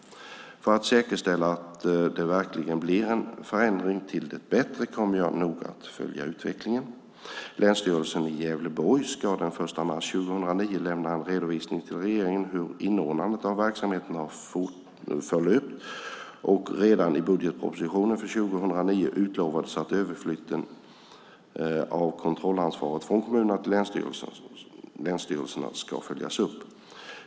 För att säkerställa att det verkligen blir en förändring till det bättre kommer jag att noga följa utvecklingen. Länsstyrelsen i Gävleborg ska den 1 mars 2009 lämna en redovisning till regeringen hur inordnandet av verksamheten har förlöpt, och redan i budgetpropositionen för 2009 utlovades att överflytten av kontrollansvaret från kommunerna till länsstyrelserna ska följas upp.